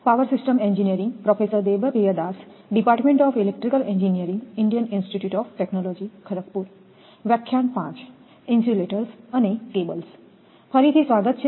ફરી થી સ્વાગત છે તમારું